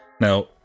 Now